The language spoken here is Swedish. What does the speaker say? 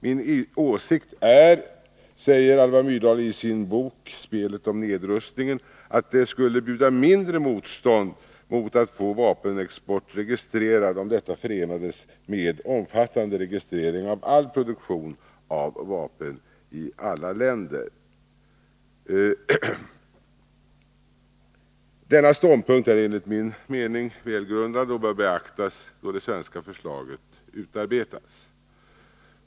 Min åsikt är, säger Alva Myrdal i sin bok Spelet om nedrustningen, att det skulle bjuda mindre motstånd mot att få vapenexport registrerad, om detta förenades med omfattande registrering av all produktion av vapen i alla länder. Denna ståndpunkt är enligt min mening väl grundad och bör beaktas, då det svenska förslaget framläggs.